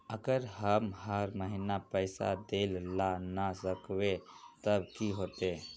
अगर हम हर महीना पैसा देल ला न सकवे तब की होते?